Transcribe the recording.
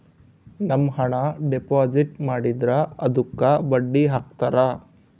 ನಮ್ ಹಣ ಡೆಪಾಸಿಟ್ ಮಾಡಿದ್ರ ಅದುಕ್ಕ ಬಡ್ಡಿ ಹಕ್ತರ